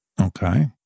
Okay